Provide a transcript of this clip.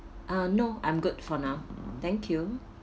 ah no I'm good for now thank you